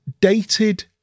dated